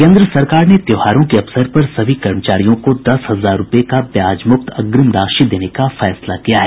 केन्द्र सरकार ने त्योहारों के अवसर पर सभी कर्मचारियों को दस हजार रूपये का ब्याज मुक्त अग्रिम राशि देने का फैसला किया है